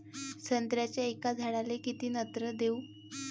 संत्र्याच्या एका झाडाले किती नत्र देऊ?